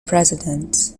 president